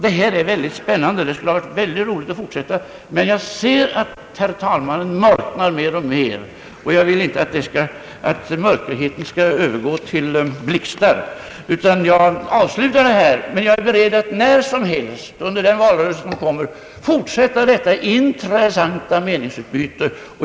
Detta är mycket spännande och det vore roligt att fortsätta, men jag ser att herr talmannen mörknar mer och mer, och jag vill inte att det mulna skall övergå till blixtar, varför jag avslutar detta. Men jag är beredd att när som helst under den kommande valrörelsen fortsätta dessa intressanta meningsutbyten.